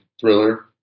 thriller